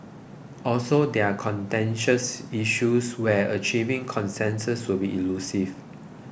also they are contentious issues where achieving consensus will be elusive